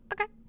Okay